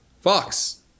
Fox